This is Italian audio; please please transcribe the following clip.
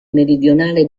meridionale